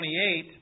28